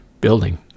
building